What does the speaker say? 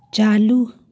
चालू